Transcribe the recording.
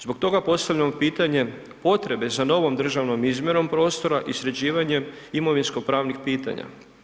Zbog toga postavljamo pitanje potrebe za novom državnom izmjerom prostora i sređivanje imovinsko-pravnih pitanja.